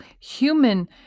human